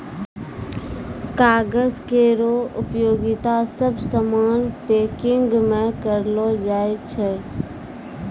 कागज केरो उपयोगिता सब सामान पैकिंग म करलो जाय छै